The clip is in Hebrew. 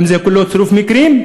האם זה הכול צירוף מקרים,